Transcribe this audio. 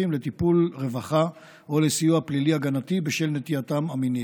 לטיפול רווחה או לסיוע פלילי-הגנתי בשל נטייתם המינית.